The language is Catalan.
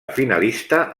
finalista